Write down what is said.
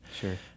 sure